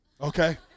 Okay